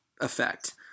effect